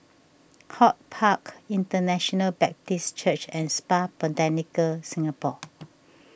HortPark International Baptist Church and Spa Botanica Singapore